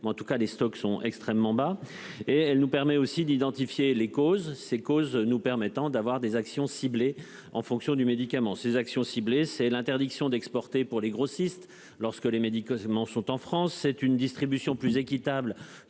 en tout cas, les stocks sont extrêmement bas et elle nous permet aussi d'identifier les causes ces causes nous permettant d'avoir des actions ciblées en fonction du médicament ces actions ciblées. C'est l'interdiction d'exporter pour les grossistes lorsque les médicaments sont en France c'est une distribution plus équitable